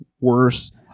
worse